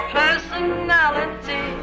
personality